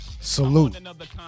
Salute